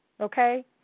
okay